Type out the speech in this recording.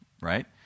right